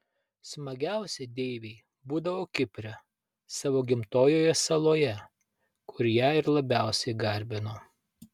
smagiausia deivei būdavo kipre savo gimtojoje saloje kur ją ir labiausiai garbino